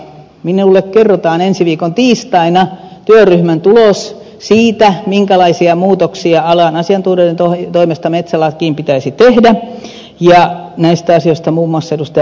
minulle kerrotaan ensi viikon tiistaina työryhmän tulos siitä minkälaisia muutoksia alan asiantuntijoiden toimesta metsälakiin pitäisi tehdä ja näistä asioista muun muassa ed